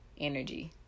energy